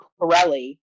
Pirelli